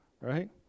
right